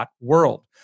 world